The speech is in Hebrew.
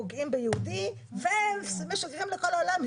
פוגעים ביהודי ומשגרים לכל העולם,